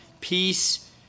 Peace